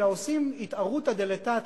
אלא עושים אתערותא דלתתא,